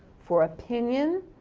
for opinion,